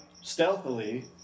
stealthily